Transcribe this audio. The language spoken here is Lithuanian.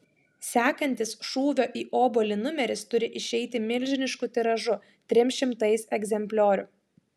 sekantis šūvio į obuolį numeris turi išeiti milžinišku tiražu trim šimtais egzempliorių